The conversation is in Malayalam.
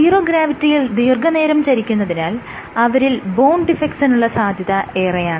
സീറോ ഗ്രാവിറ്റിയിൽ ദീർഘനേരം ചരിക്കുന്നതിനാൽ അവരിൽ ബോൺ ഡിഫെക്ടസിനുള്ള സാധ്യത ഏറെയാണ്